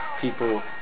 people